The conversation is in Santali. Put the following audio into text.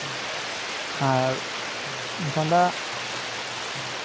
ᱟᱨ ᱜᱟᱰᱟ